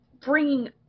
bringing